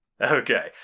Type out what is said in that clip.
Okay